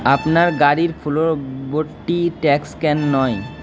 আপনার গাড়ির ফ্লোরবোর্ডটি ট্যাগ স্ক্যান নয়